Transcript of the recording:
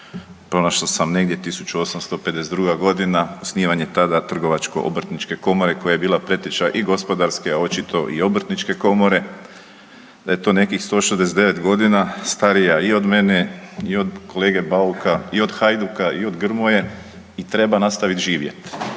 pronašao sam negdje 1952. godina osnivanje tada trgovačko obrtničke komore koja je bila preteča i Gospodarske, a očito i Obrtničke komore, da je to nekih 169 godina, starija i od mene i od kolege Bauka i od Hajduka i od Grmoje i treba nastaviti živjeti.